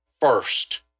first